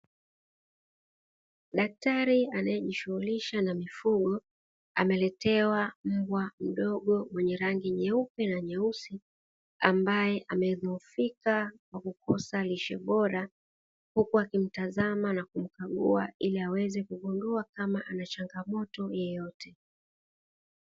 Daktari anayejishughulisha na mifugo ameletewa mbwa mdogo mwenye rangi nyeupe na nyeusi ambae amedhohofika kwa kukosa lishe bora, huku akimtazama na kumkagua ili aweze kugundua kama ana changamoto yeyote.